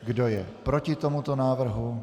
Kdo je proti tomuto návrhu?